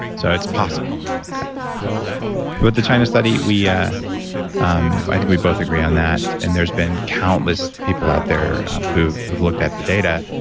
so, it's possible but the china study, yeah um i think we both agree on that and there's been countless people out there who've who've looked at the data.